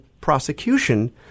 prosecution